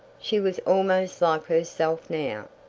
she was almost like herself now,